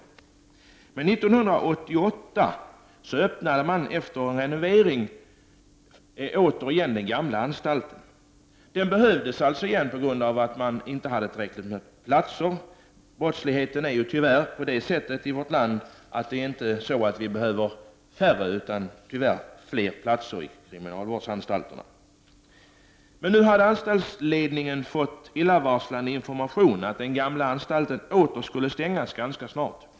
År 1988 öppnades på nytt den gamla anstalten sedan den renoverats. Den behövdes då det saknades platser på den nya anstalten. Brottsligheten i vårt land är tyvärr sådan att det inte behövs färre utan fler platser på kriminalvårdsanstalterna. Nu hade anstaltsledningen fått illavarslande information om att den gamla anstalten ganska snart åter skulla stängas.